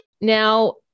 Now